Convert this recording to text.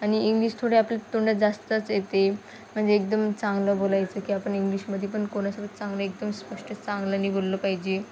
आणि इंग्लिश थोडे आपल्या तोंडात जास्तच येते म्हणजे एकदम चांगलं बोलायचं की आपण इंग्लिशमध्ये पण कोणासोबत चांगलं एकदम स्पष्ट चांगलं आणि बोललं पाहिजे